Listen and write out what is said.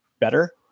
better